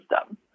system